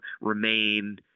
remain